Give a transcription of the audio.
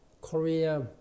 Korea